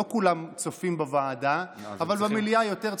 לא כולם צופים בוועדה, אבל במליאה יותר צופים.